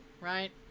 right